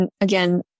again